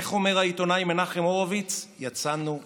איך אומר העיתונאי מנחם הורוביץ, יצאנו לבדוק: